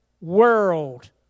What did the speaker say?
world